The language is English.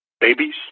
babies